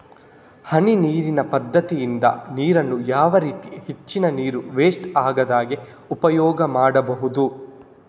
ಹನಿ ನೀರಿನ ಪದ್ಧತಿಯಿಂದ ನೀರಿನ್ನು ಯಾವ ರೀತಿ ಹೆಚ್ಚಿನ ನೀರು ವೆಸ್ಟ್ ಆಗದಾಗೆ ಉಪಯೋಗ ಮಾಡ್ಬಹುದು?